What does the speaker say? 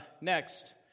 Next